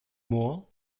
mohan